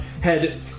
head